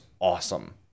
awesome